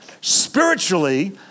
spiritually